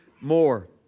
more